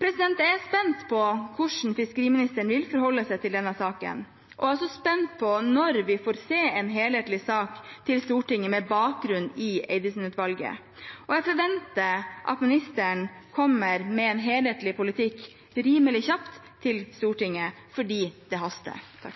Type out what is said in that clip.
Jeg er spent på hvordan fiskeriministeren vil forholde seg til denne saken. Jeg er også spent på når vi får en helhetlig sak til Stortinget med bakgrunn i Eidesen-utvalget. Jeg forventer at ministeren kommer med en helhetlig politikk rimelig kjapt til Stortinget, for det haster.